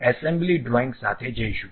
હવે આપણે assembly drawing સાથે જઈશું